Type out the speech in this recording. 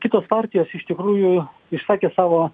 kitos partijos iš tikrųjų išsakė savo